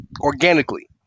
organically